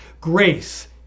grace